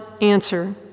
answer